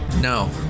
No